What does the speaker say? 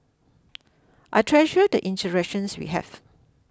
I treasure the interactions we have